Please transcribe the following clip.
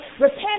Repent